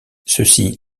ceci